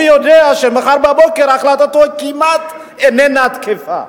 אבל הוא יודע שמחר בבוקר החלטתו כמעט איננה תקפה.